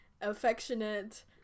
affectionate